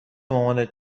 مامانت